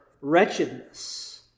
wretchedness